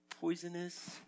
poisonous